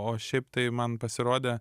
o šiaip tai man pasirodė